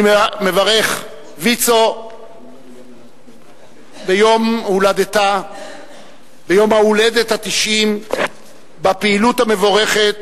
אני מברך את ויצו ביום הולדתה ה-90 על הפעילות המבורכת